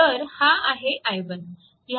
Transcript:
तर हा आहे i1